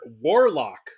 Warlock